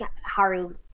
Haru